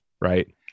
right